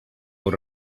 con